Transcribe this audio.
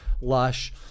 lush